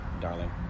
darling